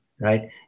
Right